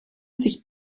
sich